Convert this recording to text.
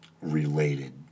related